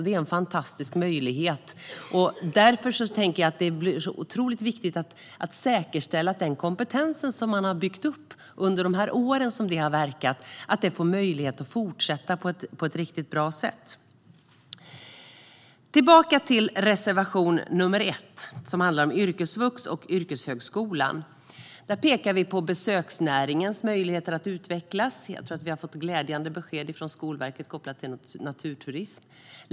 Det är en fantastisk möjlighet, och därför tänker jag att det blir så otroligt viktigt att säkerställa att den kompetens som man har byggt upp under de år som man verkat kan finnas kvar och att man får möjlighet att fortsätta på ett bra sätt. Tillbaka till reservation 1 som handlar om yrkesvux och yrkeshögskolan, där vi pekar på besöksnäringens möjligheter att utvecklas. Jag tror att vi har fått glädjande besked från Skolverket kopplat till naturturism.